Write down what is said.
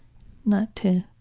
not to.